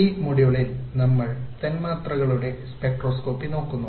ഈ മൊഡ്യൂളിൽ നമ്മൾ തന്മാത്രകളുടെ സ്പെക്ട്രോസ്കോപ്പി നോക്കുന്നു